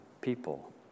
people